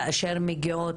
כאשר הן מגיעות,